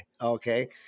Okay